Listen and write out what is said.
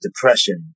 depression